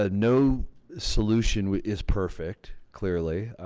ah no solution is perfect. clearly,